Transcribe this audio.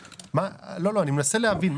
אני מנסה להבין.